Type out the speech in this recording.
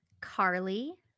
Carly